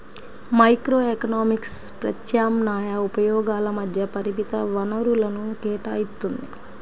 microeconomics ప్రత్యామ్నాయ ఉపయోగాల మధ్య పరిమిత వనరులను కేటాయిత్తుంది